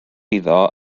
iddo